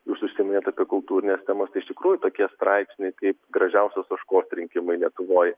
jūs užsiminėt apie kultūrines temas tai iš tikrųjų tokie straipsniai kaip gražiausios ožkos rinkimai lietuvoj